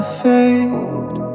fade